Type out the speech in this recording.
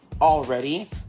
already